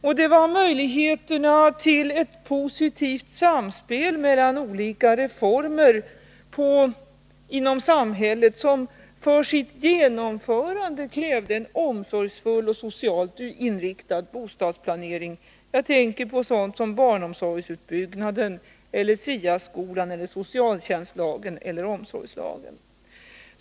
Och det var möjligheterna till ett positivt samspel mellan olika reformer inom samhället, som för sitt genomförande krävde en omsorgsfull och socialt inriktad bostadsplanering. Jag tänker på sådant som barnomsorgsutbyggnaden, SIA-skolan, socialtjänstlagen och omsorgslagen.